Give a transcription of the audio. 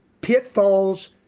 pitfalls